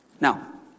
Now